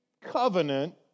covenant